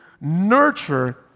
nurture